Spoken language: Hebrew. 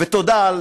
ותודה,